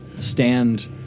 stand